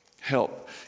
help